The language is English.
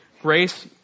Grace